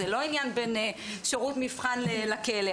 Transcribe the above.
זה לא עניין בין שירות מבחן לכלא.